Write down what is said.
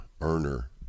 earner